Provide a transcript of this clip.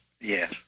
Yes